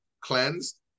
cleansed